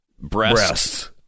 Breasts